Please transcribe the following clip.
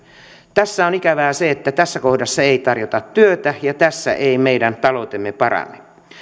tässä on ikävää se että tässä kohdassa ei tarjota työtä ja tässä ei meidän taloutemme parane